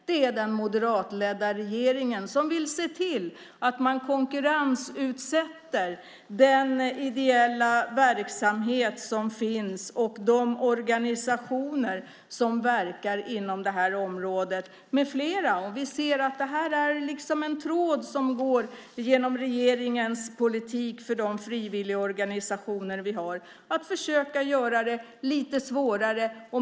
Det är den moderatledda regeringen, som vill se till att konkurrensutsätta den ideella verksamhet som finns och de organisationer som verkar inom det här området med flera. Vi ser att det här är liksom en tråd som går genom regeringens politik för de frivilligorganisationer vi har, att försöka göra det lite svårare.